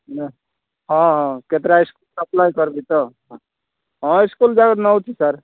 ନେ ହଁ ହଁ କେତେଟା ସ୍କୁଲ୍ ସପ୍ଲାୟ୍ କର୍ବି ତ ହଁ ସ୍କୁଲ୍ ଯାକ ନେଉଛି ସାର୍